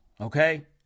okay